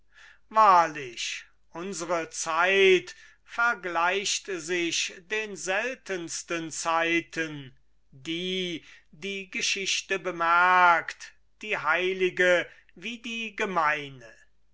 wahrlich unsere zeit vergleicht sich den seltensten zeiten die die geschichte bemerkt die heilige wie die gemeine